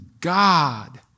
God